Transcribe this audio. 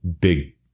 big